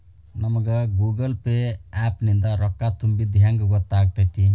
ನಮಗ Google Pay app ನಿಂದ ರೊಕ್ಕಾ ತುಂಬಿದ್ದ ಹೆಂಗ್ ಗೊತ್ತ್ ಆಗತೈತಿ?